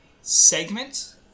segment